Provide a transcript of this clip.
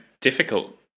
difficult